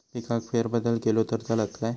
पिकात फेरबदल केलो तर चालत काय?